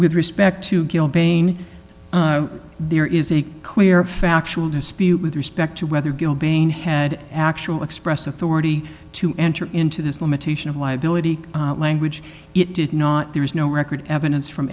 with respect to gil bain there is a clear factual dispute with respect to whether gill bang had actual express authority to enter into this limitation of liability language it did not there is no record evidence from